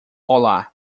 olá